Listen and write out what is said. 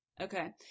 Okay